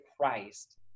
Christ